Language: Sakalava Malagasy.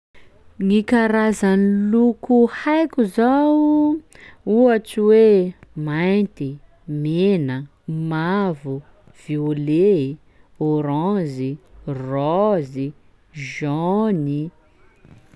Gny karazan'ny loko haiko zao: ohatsy hoe mainty, mena, mavo, violet, ôranzy, rose i, jaune i.